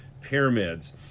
pyramids